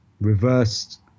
reversed